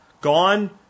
gone